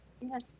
yes